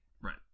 Right